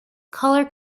colour